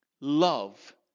Love